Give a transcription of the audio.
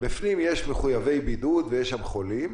יש מחויבי בדידות ויש חולים.